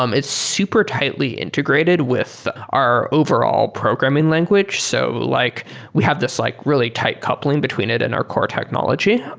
um it's super tightly integrated with our overall programming language. so like we have this like really tight coupling between it and our core technology.